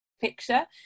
picture